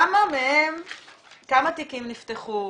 כמה תיקים נפתחו?